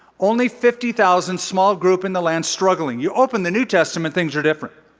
only fifty thousand, small group in the lands struggling. you open the new testament things are different.